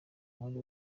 muri